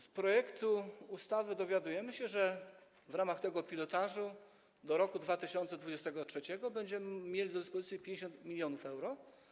Z projektu ustawy dowiadujemy się, że w ramach tego pilotażu do roku 2023 będziemy mieli do dyspozycji 50 mln euro.